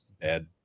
bad